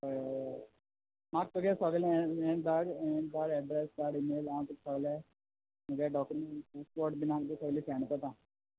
होय म्हाका तुगे सोगळें हें धाड हें धाड एड्रेस धाड इमेल म्हुगगे डोक्यूमेंट्स चोड बीन आहा ते सोगळें सेन्ड कोत्ता